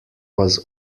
was